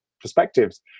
perspectives